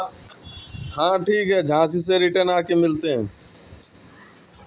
मनरेगा मे सबेरे काम पअ चली जा अउरी सांझी से दू चार सौ के काम कईके घरे चली आवअ